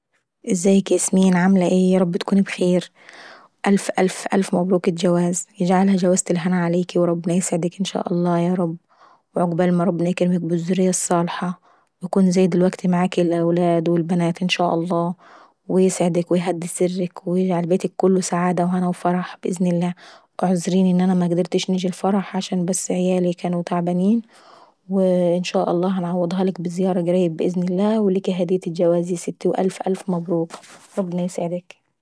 ازيك يا ياسمين عاملة ايه يارب تكوني ابخير. الف الف الف مبروك الجواز، يجعلها جوازة الهنا عليكي وربنا يسعدك ان شاء الله يارب. وعقبال ما ربنا يكرمك بالذرية الصالحاه ويكون زي دلوكتي معاكي الأولاد والبنات يارب ان شاء الله، ويسعد ويهدي سرك ويجعل بيتك كله سعادة وهنا اباذن الله. اعذريني اني مقدرتش انجيلك الفرح عشان بس اعيالي كانوا تعبانين، وهنعوضهالك بزيارة اقريب باذن الله وليكي هدية الفرح يا ستاي. وربنا يسعدك الف الف مبروك.